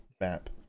map